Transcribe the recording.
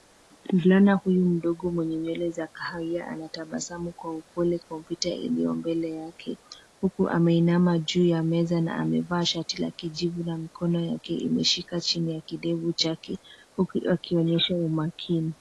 Mvulana huyu mdogo mwenye nywele za kahawia anatabasamu kwa upole kompyuta iliyo mbele yake huku ameinama juu ya meza na amevaa shati la kijivu na mikono yake imeshika chini ya kidevu chake, huku akionyesha umakini.